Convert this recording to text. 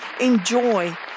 enjoy